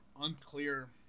unclear